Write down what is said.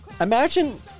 imagine